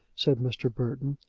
said mr. burton.